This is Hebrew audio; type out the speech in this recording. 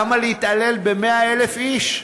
למה להתעלל ב-100,000 איש?